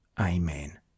Amen